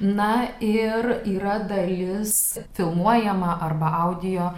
na ir yra dalis filmuojama arba audio